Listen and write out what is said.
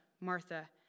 Martha